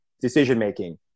decision-making